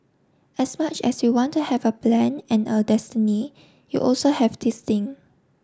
as much as you want to have a plan and a destiny you also have this thing